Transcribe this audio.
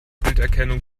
bilderkennung